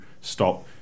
stop